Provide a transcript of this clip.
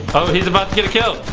he's about to get a kill.